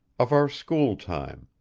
of our schooltime,